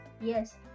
yes